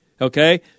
Okay